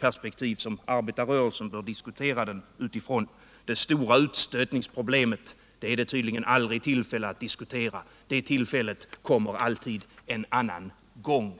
perspektiv, som arbetarrörelsen bör diskutera den utifrån. Det stora utstötningsproblemet finns det tydligen aldrig tillfälle att diskutera. Det tillfället kommer alltid en annan gång.